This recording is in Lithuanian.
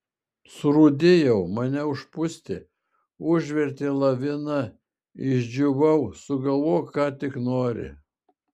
surūdijau mane užpustė užvertė lavina išdžiūvau sugalvok ką tik nori